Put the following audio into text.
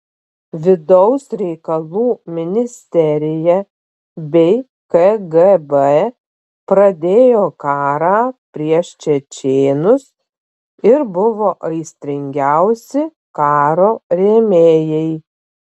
vidaus reikalų ministerija bei kgb pradėjo karą prieš čečėnus ir buvo aistringiausi karo rėmėjai